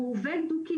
המעוף זה תחום של